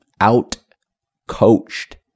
Out-coached